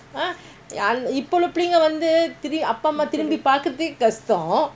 ஹான்இப்பஇருக்கபிள்ளைங்கவந்துஅப்பாஅம்மாதிரும்பிபாக்கிறதேகஷ்டம்:haan ippa irukka pillainka vandhu appa amma thirumbi paakrathe kashtam